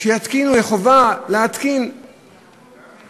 שתהיה חובה להתקין את ההתקן הזה.